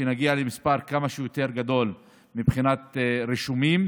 שנגיע למספר כמה שיותר גדול מבחינת רישומים,